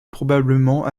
probablement